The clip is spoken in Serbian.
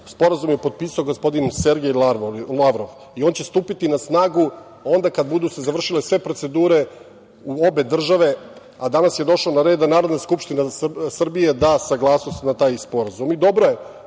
Sporazum je potpisao Sergej Lavrov i on će stupiti na snagu kada se budu završile sve procedure u obe države, a danas je došlo na red da Narodna skupština Srbije da saglasnost na taj sporazum.